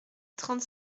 trente